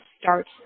start